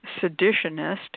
seditionist